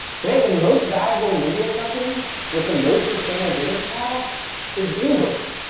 today, the most valuable media company with the most sustainable business model is bloomberg.